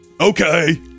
Okay